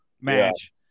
match